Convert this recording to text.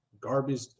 garbage